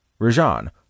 Rajan